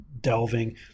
delving